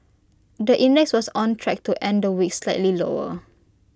the index was on track to end the week slightly lower